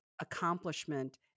accomplishment